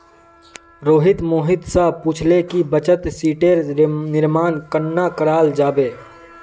रोहित मोहित स पूछले कि बचत शीटेर निर्माण कन्ना कराल जाबे